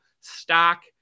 stock